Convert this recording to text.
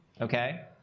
okay